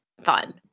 fun